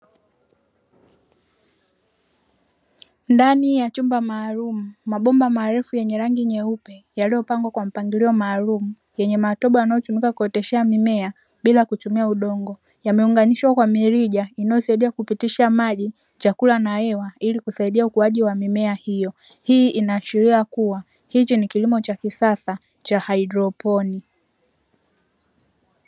Ndani ya chumba maalumu, mabomba marefu yenye rangi nyeupe yaliyopangwa kwa mpangilio maalumu; yenye matobo yanayotumika kuoteshea mimea bila kutumia udongo. Yameunganishwa kwa mirija inayosaidia kupitisha maji, chakula na hewa ili kusaidia ukuaji wa mimea hiyo. Hii inaashiria kuwa hichi ni kilimo cha kisasa cha haidroponi.